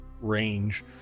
range